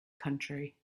country